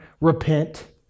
repent